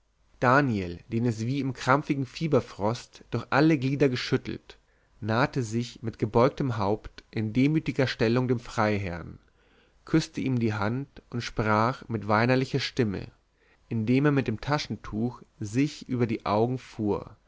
daniel den es wie im krampfigen fieberfrost durch alle glieder geschüttelt nahte sich mit gebeugtem haupt in demütiger stellung dem freiherrn küßte ihm die hand und sprach mit weinerlicher stimme indem er mit dem taschentuch sich über die augen fuhr